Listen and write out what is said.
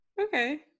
Okay